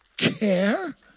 Care